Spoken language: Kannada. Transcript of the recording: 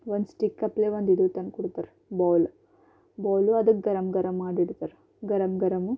ಒಂದು ಸ್ಟಿಕ್ಕಪ್ಲೆ ಒಂದಿದು ತಂದ್ಕೊಡ್ತರ್ ಬೌಲ್ ಬೌಲು ಅದು ಗರಮ್ ಗರಮ್ ಮಾಡಿಡ್ತಾರ ಗರಮ್ ಗರಮ್ಮು